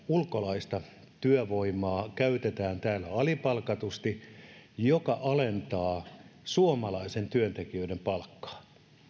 ulkolaista työvoimaa käytetään täällä alipalkatusti mikä alentaa suomalaisten työntekijöiden palkkaa